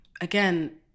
again